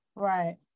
Right